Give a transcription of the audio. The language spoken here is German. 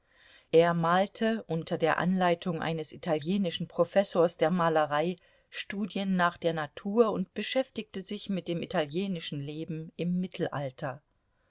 er malte unter der anleitung eines italienischen professors der malerei studien nach der natur und beschäftigte sich mit dem italienischen leben im mittelalter